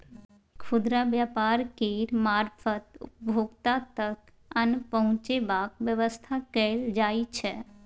खुदरा व्यापार केर मारफत उपभोक्ता तक अन्न पहुंचेबाक बेबस्था कएल जाइ छै